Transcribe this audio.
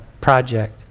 project